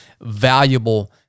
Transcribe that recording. valuable